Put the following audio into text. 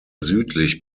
südlich